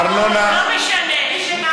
לא משנה.